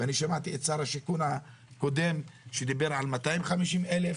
ואני שמעתי את שר השיכון הקודם שדיבר על 250 אלף.